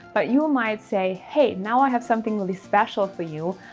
but you might say, hey, now i have something really special for you.